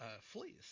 fleece